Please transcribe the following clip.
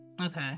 Okay